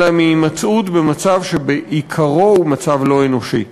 אלא מהימצאות במצב שבעיקרו הוא מצב לא אנושי.